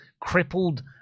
crippled